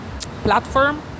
platform